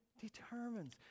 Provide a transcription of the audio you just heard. determines